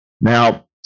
Now